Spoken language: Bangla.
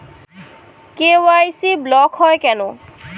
কে.ওয়াই.সি ব্লক হয় কেনে?